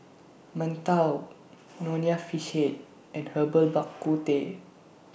mantou Nonya Fish Head and Herbal Bak Ku Teh